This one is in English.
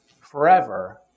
forever